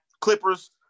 Clippers